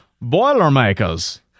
Boilermakers